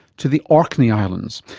to the orkney islands,